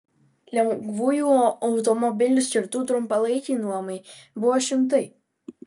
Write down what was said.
lengvųjų automobilių skirtų trumpalaikei nuomai buvo šimtai